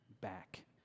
back